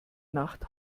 nacht